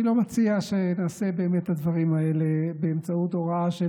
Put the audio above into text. אני לא מציע שנעשה את הדברים האלה באמצעות הוראה של